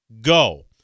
Go